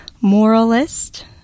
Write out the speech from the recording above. moralist